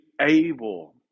able